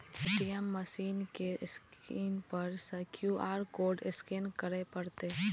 ATM machine के screen पर सं क्यू.आर कोड स्कैन करय पड़तै